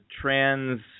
trans